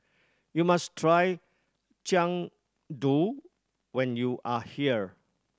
you must try Jian Dui when you are here